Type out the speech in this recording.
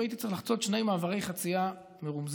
והייתי צריך לחצות שני מעברי חצייה מרומזרים.